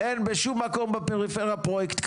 אין בשום מקום בפריפריה פרויקט כזה.